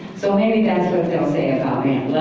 so maybe that's what they'll say about me.